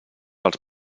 els